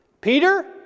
Peter